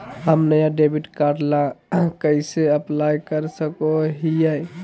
हम नया debit card ला कइसे अप्लाई कर सको हियै?